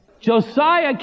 Josiah